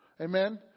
Amen